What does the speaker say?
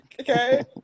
okay